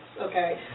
okay